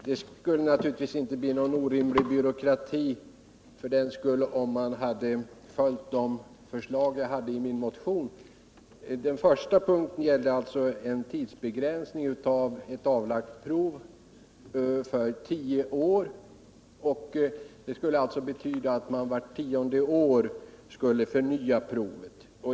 Herr talman! De förslag jag framfört i min motion skulle inte ha inneburit någon orimlig byråkrati, om de hade genomförts. Det ena förslaget gällde att avlagt prov skulle tidsbegränsas till tio år, vilket skulle betyda att man vart tionde år skulle förnya provet.